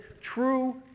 True